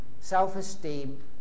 self-esteem